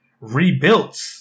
rebuilt